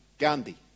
Gandhi